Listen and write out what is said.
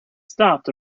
stopped